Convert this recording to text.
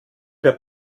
der